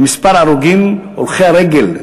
במספר ההרוגים הולכי הרגל,